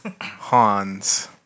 Hans